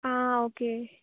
आं ओके